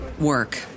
work